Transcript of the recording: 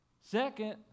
Second